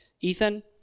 Ethan